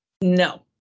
No